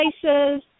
places